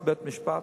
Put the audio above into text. הבריאות,